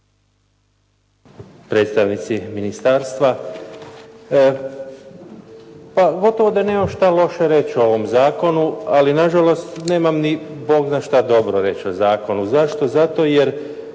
Predstavnici ministarstva, pa gotovo da nemam što loše reći o ovom zakonu, ali na žalost nemam ni Bog zna što dobro reći o zakonu. Zašto? zato jer